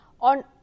on